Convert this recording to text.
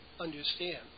understand